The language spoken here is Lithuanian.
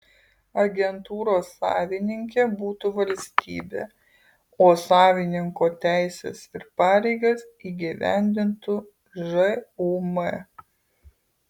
agentūros savininkė būtų valstybė o savininko teises ir pareigas įgyvendintų žūm